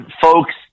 folks